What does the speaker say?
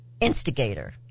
Instigator